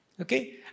Okay